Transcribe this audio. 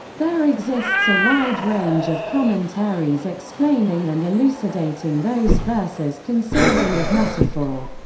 there exists a wide range of commentaries explaining and elucidating those verses consisting of metaphor.